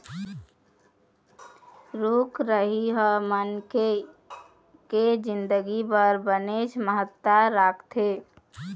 रूख राई ह मनखे के जिनगी बर बनेच महत्ता राखथे